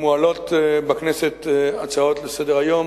מועלות בכנסת הצעות לסדר-היום